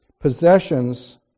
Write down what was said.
Possessions